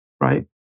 Right